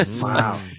Wow